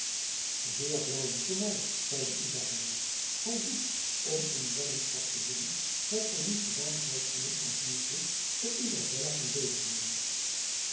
zeer vleiend voor my zeide izabella gy doet om een weddenschap te winnen wat gy niet gedaan zoudt hebben uit liefde voor izabella van